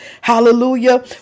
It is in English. hallelujah